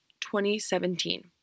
2017